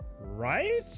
right